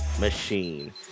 machine